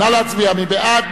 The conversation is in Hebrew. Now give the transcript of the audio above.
נא להצביע, מי בעד?